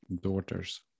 daughters